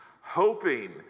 hoping